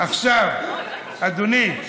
אדוני,